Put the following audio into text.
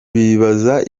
bibaza